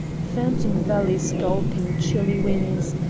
phantom valleys gulping chilly winds,